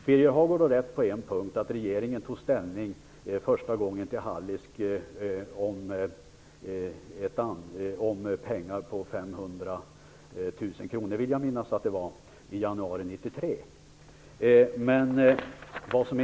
Birger Hagård har rätt på en punkt, nämligen att regeringen tog ställning första gången om att medge Hallisk 500 000 kr i januari 1993.